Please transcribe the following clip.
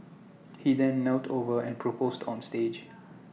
he then knelt over and proposed on stage